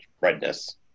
redness